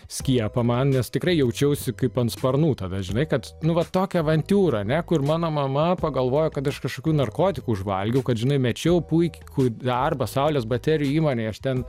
skiepą man nes tikrai jaučiausi kaip ant sparnų tada žinai kad nu va tokia va avantiura kur mano mama pagalvojo kad aš kažkokių narkotikų užvalgiau kad žinai mečiau puikų darbą saulės baterijų įmonėje aš ten